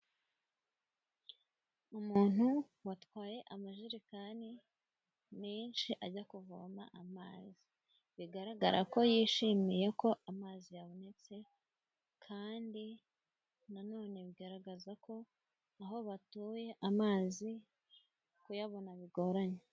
Umuntu watwaye amajerekani menshi ajya kuvoma amazi. Bigaragara ko yishimiye ko amazi yabonetse kandi na none bigaragaza ko aho batuye, amazi kuyabona bigoranye.